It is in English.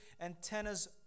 antennas